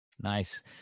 nice